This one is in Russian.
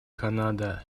канада